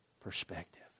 perspective